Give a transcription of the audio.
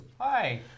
Hi